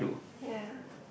ya